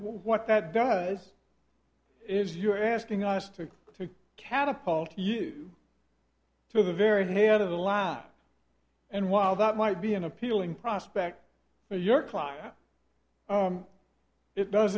what that does is you're asking us to to catapult you to the very near the line and while that might be an appealing prospect for your client it does